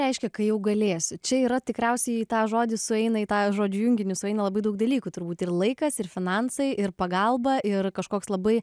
reiškia kai jau galėsi čia yra tikriausiai į tą žodį sueina į tą žodžių junginį sueina labai daug dalykų turbūt ir laikas ir finansai ir pagalba ir kažkoks labai